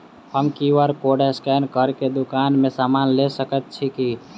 हम QR code scan कऽ केँ दुकान मे समान लऽ सकैत छी की?